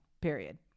period